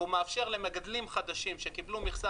והוא מאפשר למגדלים חדשים שקיבלו מכסה